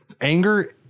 anger